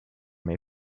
may